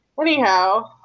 Anyhow